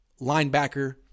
linebacker